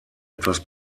etwas